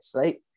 right